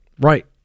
Right